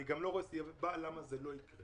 אני גם לא רואה סיבה למה זה לא יקרה.